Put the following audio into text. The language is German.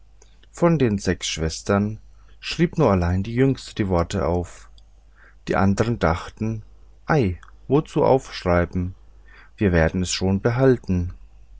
von den sechs schwestern schrieb nur allein die jüngste die worte auf die andern dachten ei wozu aufschreiben wir werden es schon behalten